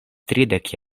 tridek